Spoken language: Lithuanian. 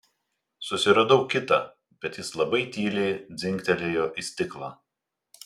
susiradau kitą bet jis labai tyliai dzingtelėjo į stiklą